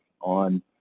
on